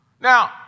now